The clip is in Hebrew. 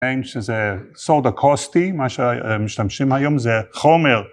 שזה מה שמשתמשים היום זה חומר